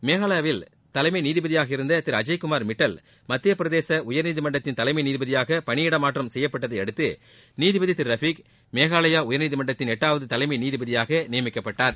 மேகாலயாவில் தலைமை நீதிபதியாக இருந்த திரு அஜய்குமார் மிட்டல் மத்தியப்பிரதேச உயர்நீதிமன்றத்தில் தலைமை நீதிபதியாக பணியிடமாற்றம் செய்யப்பட்டதை அடுத்து நீதிபதி திரு ரஃபீக் மேகாலயா உயர்நீதிமன்றத்தின் எட்டாவது தலைமை நீதிபதியாக நியமிக்கப்பட்டார்